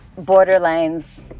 borderlines